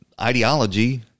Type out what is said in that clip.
ideology